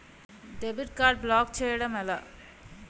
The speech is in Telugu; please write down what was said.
డెబిట్ కార్డ్ బ్లాక్ చేయటం ఎలా?